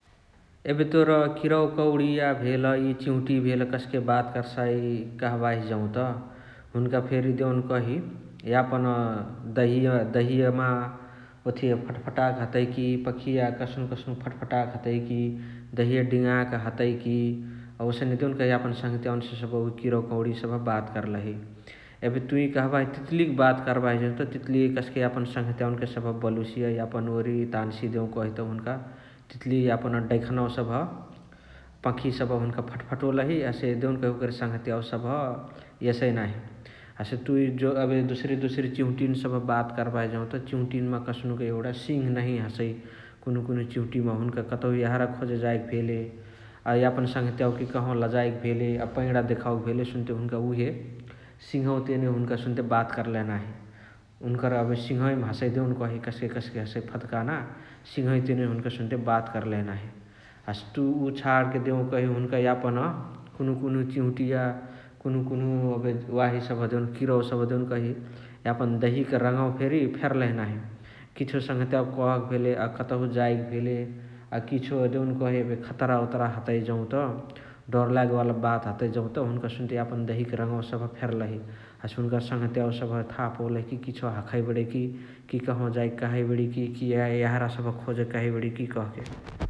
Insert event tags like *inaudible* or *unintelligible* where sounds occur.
एबे तोर किरवा कवणिवा भेल चिहुतिय भेल कस्के बात कर्साइ कहबाही जौत हुनुका फेरी देउनकही यापन दहिया दहिया म ओथिया फत्फटाके हतइकि, पखिय कस्नुक कस्नुक फत्फटाके हतइकि, दहिया डिङाके हतइकी । ओसने सबह देउनकही यापन सँगहतियवन्से किरवा कवणिवा बात कर्लही । एबे तुइ कहबाही तितुलिक बात कर्बाही जौत तितुलिय कसके यापन सँगहतियवन्के सबह बलोसिय याप्न ओरि तानसिय देउनकही त हुन्का तितुलिय यापन डैखानवा सबह पखिया सबह हुनुका फटफटोलही । हसे देउनकही ओकरे सँगहतियवा सबह एसइ नाही । हसे तुइ *unintelligible* एबे दोसरी दोसरी फेरी चिहुटियनी सबह बात कर्बाही जौत चिहुटियनिमा कस्नुक एगुणा सिंहआ नहिय हसइ कुनुहु कुनुहु चिहुटियमा । कतउकी हुनुका यहाँरा खोजे जाएके भेले अ यापन सँगहतियवाके कहाँवा लजाएके भेले । अ पैणा देखवके भेले सुन्ते हुन्का उहे सिंहअवा तेने बात कर्लही नाही । हुनुकर एबे सिंहअवैमा हसइ देउनकही कसे कस्के हसइ फद्काना सिंहअवै तेने हुन्क सुन्ते बात कर्लही नाही । हसे तुइ उ छणके देउकही हुनुका यापन कुनुहु कुनुहु चिहुतिया, कुनुहु कुनुहु वाही एबे किरवा सबह देउनकही यापन दहिक रङवा फेरी फेरह् नाही । किछो सँगहतियावके कहाँले भेले अ कतहु जाएके भेले अ किचो देउन्कही एबे खतरअ वतरअ हतइ जौत । डर लागेवाला बात हतइ जौत हुन्का सुन्ते यापन दहिका रङवा सबह फेर्लही । हसे हुन्का सँगहतियाव सबह थाहा पौलही कि किछो हखइ बणइकी कि कहवा जाएके कहइ बणिय । कि यहाँरा सबह खोजके कहइ बणिय कि ।